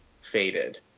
faded